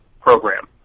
program